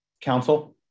Council